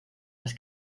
las